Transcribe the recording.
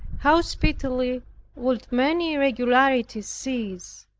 how speedily would many irregularities cease!